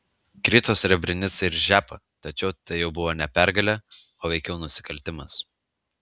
krito srebrenica ir žepa tačiau tai jau buvo ne pergalė o veikiau nusikaltimas